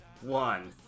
one